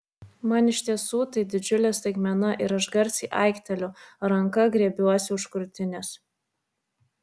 man iš tiesų tai didžiulė staigmena ir aš garsiai aikteliu ranka griebiuosi už krūtinės